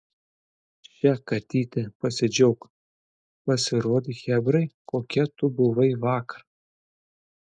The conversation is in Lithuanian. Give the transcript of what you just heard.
še katyte pasidžiauk pasirodyk chebrai kokia tu buvai vakar